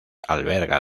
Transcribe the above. alberga